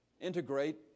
integrate